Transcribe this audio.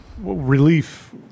relief